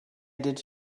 did